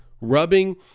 rubbing